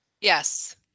Yes